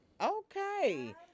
Okay